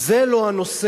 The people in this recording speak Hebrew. זה לא הנושא,